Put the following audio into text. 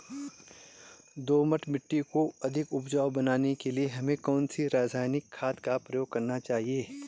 दोमट मिट्टी को अधिक उपजाऊ बनाने के लिए हमें कौन सी रासायनिक खाद का प्रयोग करना चाहिए?